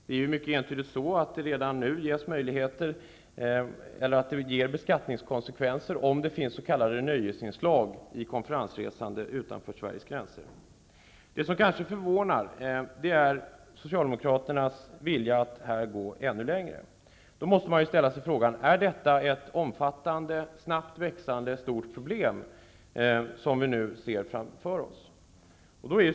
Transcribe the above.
Det är entydigt att konferensresor utanför Sveriges gränser redan nu får skattekonsekvenser om det finns s.k. nöjesinslag. Det som kanske förvånar är Socialdemokraternas vilja att gå ännu längre. Man måste ställa sig frågan om det är ett omfattande och snabbt växande problem som vi nu ser framför oss.